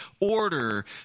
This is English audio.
order